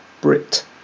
Brit